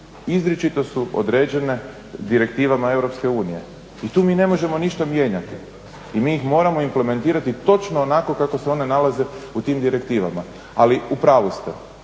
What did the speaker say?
izričito su određene direktivama EU. I tu mi ne možemo ništa mijenjati. I mi ih moramo implementirati točno onako kako se one nalaze u tim direktivama. Ali u pravu ste